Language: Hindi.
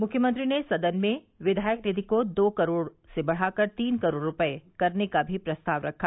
मुख्यमंत्री ने सदन में विधायक निधि को दो करोड़ से बढ़ाकर तीन करोड़ रूपये करने का भी प्रस्ताव रखा